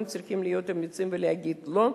גם צריכים להיות אמיצים ולהגיד לא.